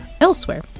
elsewhere